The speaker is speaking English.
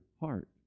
heart